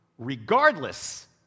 Regardless